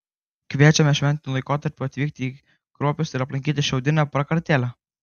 kviečiame šventiniu laikotarpiu atvykti į kruopius ir aplankyti šiaudinę prakartėlę